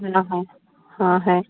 हाँ हैं हाँ हैं